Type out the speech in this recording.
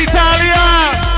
Italia